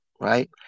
right